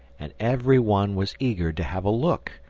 and every one was eager to have a look,